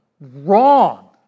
wrong